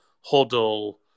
Huddle